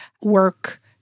work